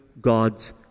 God's